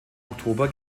oktober